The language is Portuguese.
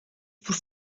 por